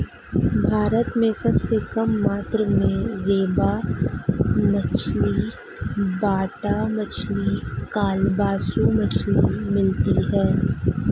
भारत में सबसे कम मात्रा में रेबा मछली, बाटा मछली, कालबासु मछली मिलती है